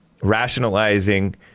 rationalizing